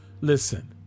Listen